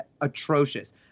atrocious